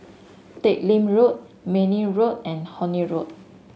Teck Lim Road Mayne Road and Horne Road